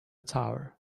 tower